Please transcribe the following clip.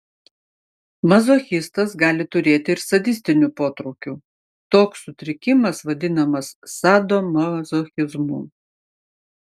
mazochistas gali turėti ir sadistinių potraukių toks sutrikimas vadinamas sadomazochizmu